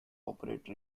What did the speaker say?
operate